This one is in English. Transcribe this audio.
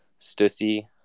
Stussy